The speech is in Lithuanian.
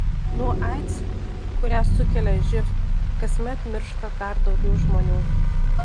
nuo aids kurią sukelia živ kasmet miršta dar daugiau žmonių